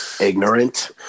ignorant